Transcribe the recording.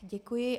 Děkuji.